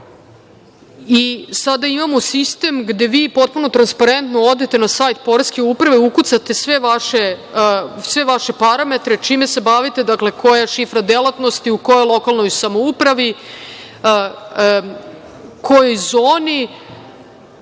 i sada imamo sistem gde vi potpuno transparentno odete na sajt Poreske uprave, ukucate sve vaše parametre, čime se bavite, koja je šifra delatnosti, u kojoj lokalnoj samoupravi, kojoj zoni,